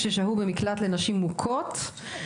אני פותחת את הישיבה הבאה של ועדת העבודה והרווחה.